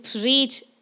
preach